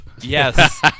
Yes